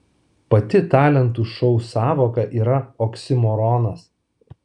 pati talentų šou sąvoka yra oksimoronas